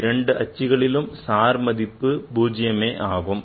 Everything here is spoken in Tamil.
இரண்டு அச்சுகளிலும் சார்பு மதிப்பு பூஜ்யம் ஆகும்